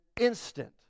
instant